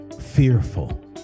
fearful